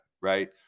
right